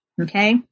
Okay